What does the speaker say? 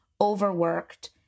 overworked